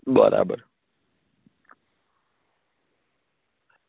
બરાબર